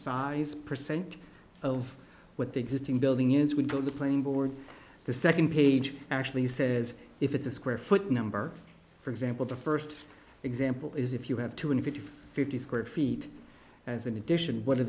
size percent of what the existing building is with all the playing board the second page actually says if it's a square foot number for example the first example is if you have two hundred fifty square feet as an addition what are